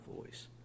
voice